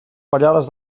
fallades